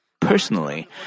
Personally